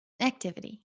activity